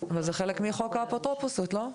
אבל זה חלק מחוק האפוטרופסות, לא?